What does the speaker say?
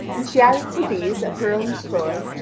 and she added to these, of her own store,